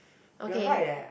okay